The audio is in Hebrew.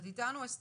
את איתנו, אסתר?